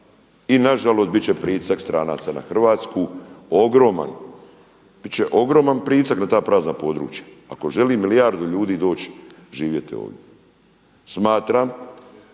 i nažalost biti će pritisak stranaca na Hrvatsku ogroman. Bit će ogroman pritisak na ta prazna područja, ako želi milijardu ljudi doć živjeti ovdje. Smatram